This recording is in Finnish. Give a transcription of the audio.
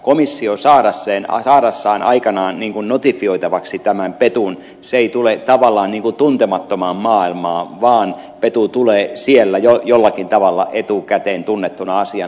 elikkä komissio saadessaan aikanaan notifioitavaksi tämän petun se petu ei tule tavallaan tuntemattomaan maailmaan vaan petu tulee siellä jollakin tavalla etukäteen tunnettuna asiana